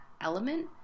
element